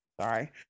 sorry